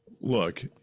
Look